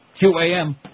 QAM